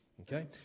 okay